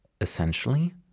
Essentially